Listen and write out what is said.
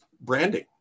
branding